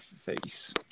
face